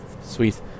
Sweet